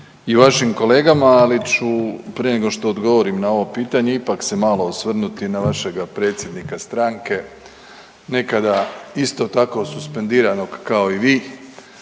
i vašim kolegama, ali ću prije nego što odgovorim na ovo pitanje ipak se malo osvrnuti na vašega predsjednika stranke nekada isto tako suspendiranoga kao i vi